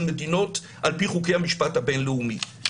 מדינות על פי חוקי המשפט הבין-לאומי.